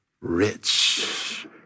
rich